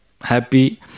happy